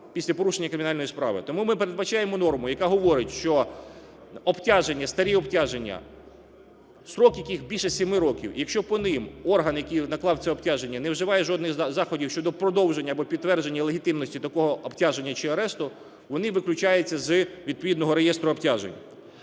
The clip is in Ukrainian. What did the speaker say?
після порушення кримінальної справи. Тому ми передбачаємо норму, яка говорить, що обтяження, старі обтяження, строк, яких більше 7 років, якщо по ним орган, який наклав це обтяження, не вживає жодних заходів щодо продовження або підтвердження легітимності такого обтяження чи арешту, вони виключаються з відповідного реєстру обтяжень.